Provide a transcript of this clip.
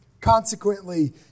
consequently